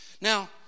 Now